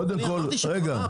קודם כל, רגע,